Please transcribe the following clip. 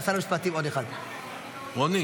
אם הם